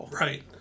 Right